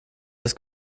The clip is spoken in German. das